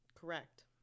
Correct